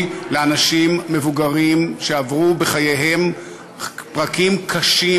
לאנשים מבוגרים שעברו בחייהם פרקים קשים,